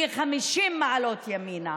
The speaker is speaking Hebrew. היא 50 מעלות ימינה.